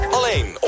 Alleen